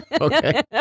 Okay